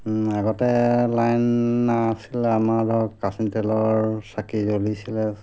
আগতে লাইন নাছিল আমাৰ ধৰক কেৰাচিন তেলৰ চাকি জ্বলিছিলে